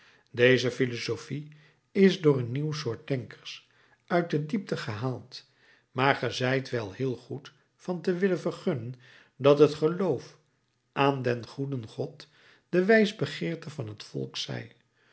deze philosophie is door een nieuw soort denkers uit de diepte gehaald maar ge zijt wel heel goed van te willen vergunnen dat het geloof aan den goeden god de wijsbegeerte van het volk zij